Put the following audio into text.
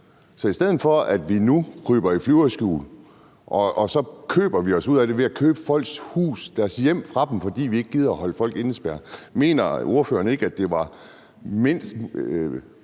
I stedet for at vi nu kryber i flyverskjul og køber os ud af det ved at købe folk ud af deres hus, deres hjem, fordi vi ikke gider at holde folk indespærret, mener ordføreren så ikke at det i hvert